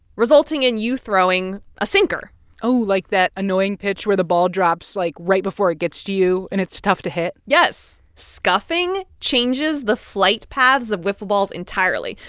resulting in you throwing a sinker oh, like, that annoying pitch where the ball drops, like, right before it gets to you and it's tough to hit? yes. scuffing changes the flight paths of wiffle balls entirely.